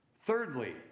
Thirdly